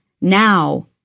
now